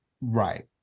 Right